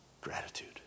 gratitude